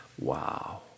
wow